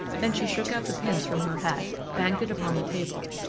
then she took out the pins from her hat, banged it upon the table,